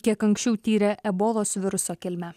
kiek anksčiau tyrė ebolos viruso kilmę